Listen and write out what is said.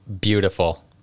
beautiful